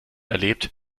erlebt